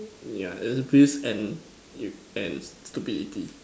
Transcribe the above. yeah it's a piece and and stupidity